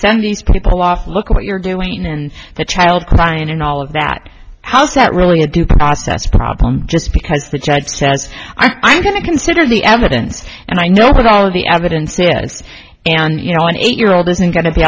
send these people off look at what you're doing and the child crying and all of that house that really a due process problem just because the judge says i'm going to consider the evidence and i know what all of the evidence is and you know an eight year old isn't going to be